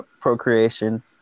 procreation